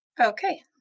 Okay